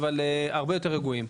אבל הרבה יותר רגועים.